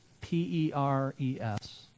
P-E-R-E-S